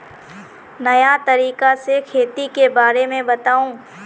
नया तरीका से खेती के बारे में बताऊं?